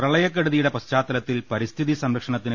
പ്രളയക്കെടുതിയുടെ പശ്ചാത്തലത്തിൽ പരിസ്ഥിതി സംരക്ഷണത്തിന്